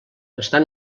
estan